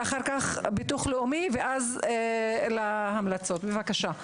אדוני, בבקשה.